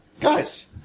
Guys